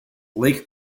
lake